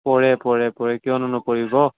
পৰে পৰে পৰে কিয়নো নপৰিব